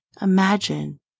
Imagine